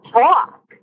talk